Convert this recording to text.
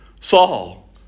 Saul